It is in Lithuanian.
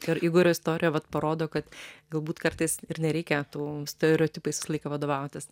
ir igorio istorija vat parodo kad galbūt kartais ir nereikia tų stereotipais visą laiką vadovautis